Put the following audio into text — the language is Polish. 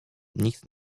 nikt